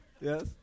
Yes